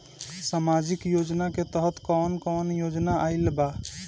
सामाजिक योजना के तहत कवन कवन योजना आइल बा?